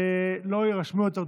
לא יירשמו יותר דוברים.